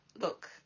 look